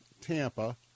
Tampa